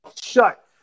shut